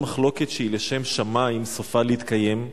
כל מחלוקת שהיא לשם שמים, סופה להתקיים,